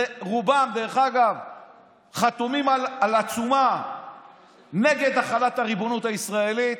רובם חתומים על עצומה נגד החלת הריבונות הישראלית,